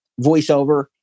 VoiceOver